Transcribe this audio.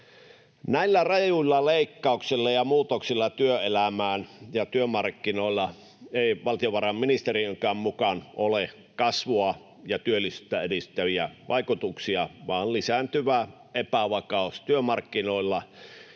Näillä rajuilla leikkauksilla ja muutoksilla työelämään ja työmarkkinoihin ei valtiovarainministeriönkään mukaan ole kasvua ja työllisyyttä edistäviä vaikutuksia, vaan epävakaus lisääntyy työmarkkinoilla,